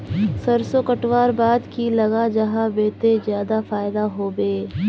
सरसों कटवार बाद की लगा जाहा बे ते ज्यादा फायदा होबे बे?